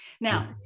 Now